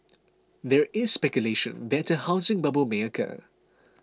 there is speculation that a housing bubble may occur